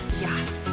Yes